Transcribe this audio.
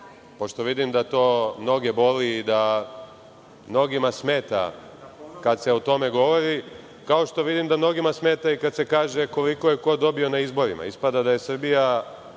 pošto vidim da to mnoge boli i da mnogima smeta kada se o tome govori, kao što vidim da mnogima smeta i kada se kaže koliko je ko dobio na izborima. Ispada da je Srbija